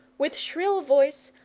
with shrill voice,